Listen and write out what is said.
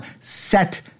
set